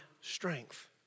strength